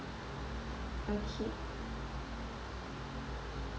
okay